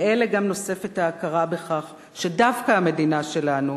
לאלה גם נוספת ההכרה בכך שדווקא המדינה שלנו,